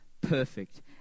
perfect